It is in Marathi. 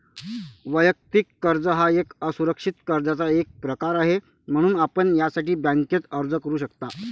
वैयक्तिक कर्ज हा एक असुरक्षित कर्जाचा एक प्रकार आहे, म्हणून आपण यासाठी बँकेत अर्ज करू शकता